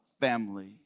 family